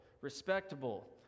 respectable